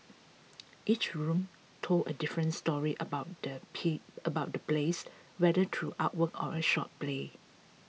each room told a different story about the P about the place whether through artwork or a short play